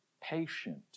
patient